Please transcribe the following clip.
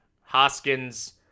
Hoskins